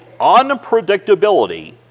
unpredictability